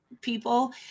people